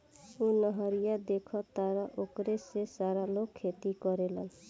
उ नहरिया देखऽ तारऽ ओकरे से सारा लोग खेती करेलेन